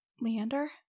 Leander